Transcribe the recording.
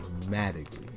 dramatically